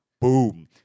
Boom